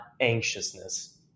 anxiousness